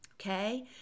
Okay